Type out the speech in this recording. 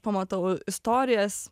pamatau istorijas